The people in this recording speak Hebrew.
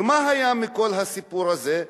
ומה היה מכל הסיפור הזה?